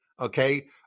Okay